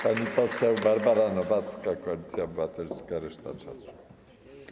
Pani poseł Barbara Nowacka, Koalicja Obywatelska - reszta czasu.